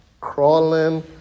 crawling